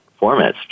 formats